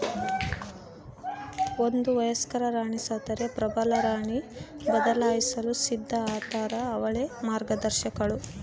ಒಂದು ವಯಸ್ಕ ರಾಣಿ ಸತ್ತರೆ ಪ್ರಬಲರಾಣಿ ಬದಲಾಯಿಸಲು ಸಿದ್ಧ ಆತಾರ ಅವಳೇ ಮಾರ್ಗದರ್ಶಕಳು